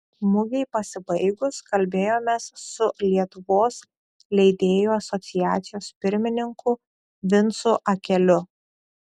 mugei pasibaigus kalbėjomės su lietuvos leidėjų asociacijos pirmininku vincu akeliu